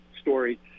story